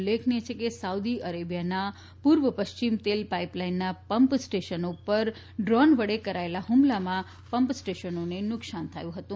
ઉલ્લેખનીય છે કે સાઉદી અરેબિયાના પૂર્વ પશ્ચિમ તેલ પાઇપલાઇનના પંપ સ્ટેશનો ઉપર ડ્રોન વડ કરાયેલા હુમલામાં પંપ સ્ટેશનોને નુકસાન થયું હતું